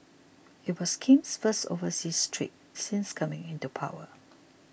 it was Kim's first overseas trip since coming into power